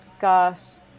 got